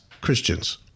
Christians